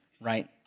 Right